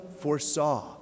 foresaw